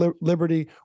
liberty